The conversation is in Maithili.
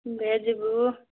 भेजबु